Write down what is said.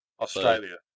Australia